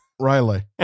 Riley